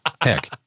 heck